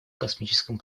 космическом